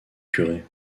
curé